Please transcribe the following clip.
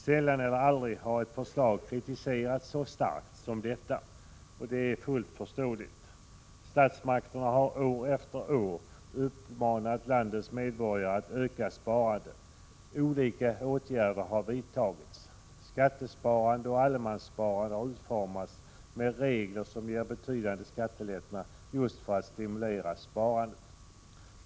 Sällan eller aldrig har ett förslag kritiserats så starkt som detta. Och det är fullt förståeligt. Statsmakterna har år efter år uppmanat landets medborgare att öka sparandet. Olika åtgärder har vidtagits. Skattesparande och allemanssparande har utformats med regler som ger betydande skattelättnader just för att stimulera sparande.